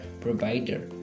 provider